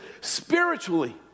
spiritually